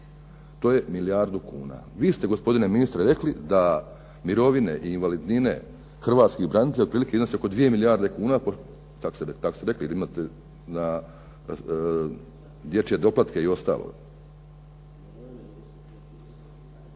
To je milijardu kuna. Vi ste gospodine ministre rekli da mirovine i invalidnine hrvatskih branitelja otprilike iznose oko 2 milijarde kuna, tako ste rekli, jer imate dječje doplatke i ostalo.